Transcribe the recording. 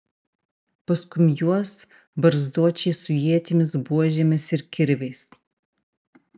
paskum juos barzdočiai su ietimis buožėmis ir kirviais